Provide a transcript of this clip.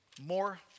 More